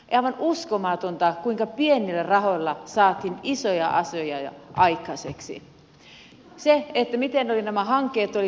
aivan uskomatonta kuinka pienillä rahoilla saatiin isoja asioita aikaiseksi ja miten oli nämä hankkeet rakennettu